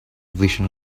vision